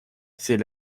c’est